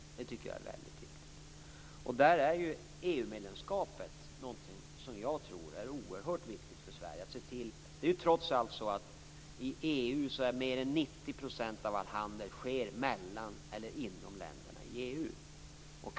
Det tycker jag är väldigt viktigt. I det sammanhanget tror jag att EU medlemskapet är oerhört viktigt för Sverige. I EU bedrivs mer än 90 % av all handel mellan eller inom EU-länderna.